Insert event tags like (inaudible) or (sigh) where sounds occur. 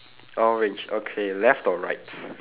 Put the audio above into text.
orange okay left or right (breath)